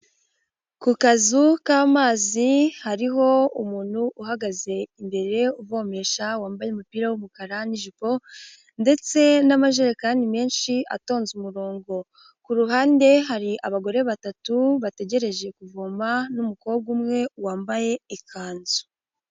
Ku kazu k'amazi hariho umuntu uhagaze imbere uvomesha wambaye umupira w'umukara n'ijipo ndetse n'amajerekani menshi atonze umurongo. Ku ruhande hari abagore batatu bategereje kuvoma n'umukobwa umwe wambaye ikanzu.